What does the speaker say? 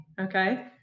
okay